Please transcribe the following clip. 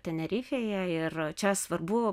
tenerifėje ir čia svarbu